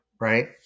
right